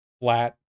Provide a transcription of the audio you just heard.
flat